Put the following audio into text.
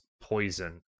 poison